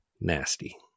nasty